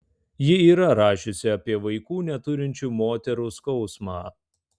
ji yra rašiusi apie vaikų neturinčių moterų skausmą